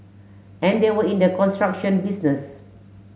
and they were in the construction business